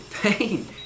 Pain